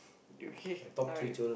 okay now you